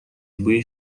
بوی